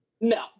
No